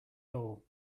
goal